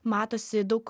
matosi daug